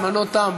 זמנו תם,